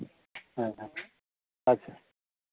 ᱦᱮᱸ ᱟᱪᱪᱷᱟ